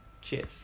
Cheers